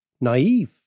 naive